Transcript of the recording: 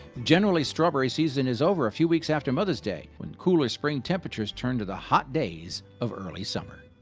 generally, strawberry season is over a few weeks after mother's day when cooler spring temperatures turn to the hot days of early summer.